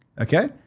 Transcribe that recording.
Okay